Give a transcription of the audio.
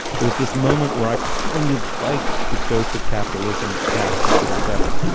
there's this moment where i kind of liked the ghost of capitalism's past a little better.